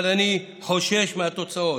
אבל אני חושש מהתוצאות.